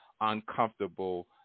uncomfortable